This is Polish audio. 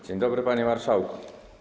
Dzień dobry, panie marszałku.